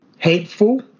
Hateful